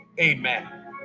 Amen